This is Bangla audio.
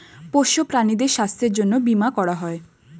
পোষ্য প্রাণীদের স্বাস্থ্যের জন্যে বীমা করা হয়